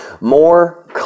more